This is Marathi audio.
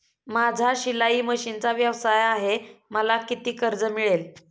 माझा शिलाई मशिनचा व्यवसाय आहे मला किती कर्ज मिळेल?